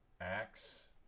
Axe